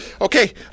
Okay